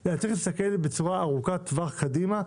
אלא צריך להסתכל על פתרון הבעיה בצורה ארוכת טווח קדימה.